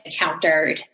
encountered